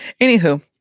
anywho